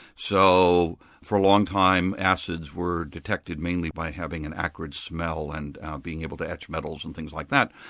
so for a long time acids were detected mainly by having an acrid smell, and being able to etch metals and things like that.